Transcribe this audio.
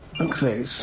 Okay